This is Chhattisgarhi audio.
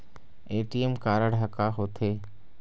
ए.टी.एम कारड हा का होते?